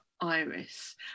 Iris